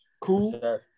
cool